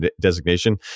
designation